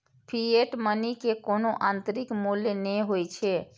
fiat money के कोनो आंतरिक मूल्य नै होइ छै